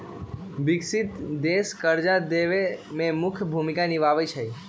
विकसित देश कर्जा देवे में मुख्य भूमिका निभाई छई